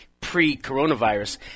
pre-coronavirus